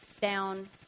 down